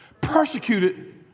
Persecuted